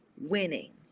winning